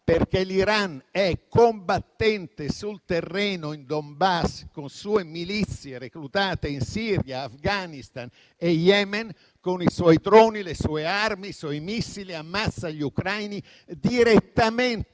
perché l'Iran è combattente sul terreno in Donbass, con sue milizie, reclutate in Siria, Afghanistan e Yemen. Con i suoi droni, le sue armi e i suoi missili ammazza gli ucraini direttamente,